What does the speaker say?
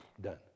done